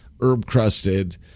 herb-crusted